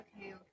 okay